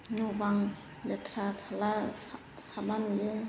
न' बां लेथ्रा थाब्ला साबना नुयो